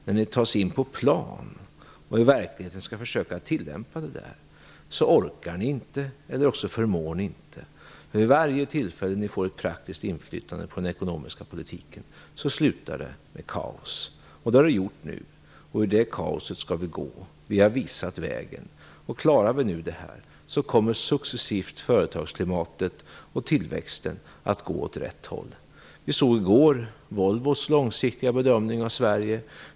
När ni tas in på plan och i verkligheten skall försöka tillämpa dem där, orkar ni inte eller också förmår ni inte. Vid varje tillfälle då ni får ett praktiskt inflytande på den ekonomiska politiken, slutar det med kaos. Det har det gjort nu. Ur det kaoset skall vi gå. Vi har visat vägen. Klarar vi nu detta kommer successivt företagsklimatet och tillväxten att gå åt rätt håll. Vi såg i går Volvos långsiktiga bedömning av Sverige.